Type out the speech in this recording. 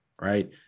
right